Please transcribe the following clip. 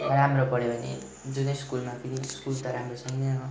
राम्रो पढ्यो भने जुनै स्कुलमा पनि स्कुल त राम्रोसँगै हो